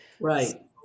right